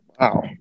Wow